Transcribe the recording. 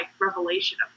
revelation